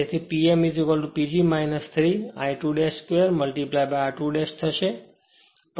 તેથી Pm PG 3 I2 2 r2 થશે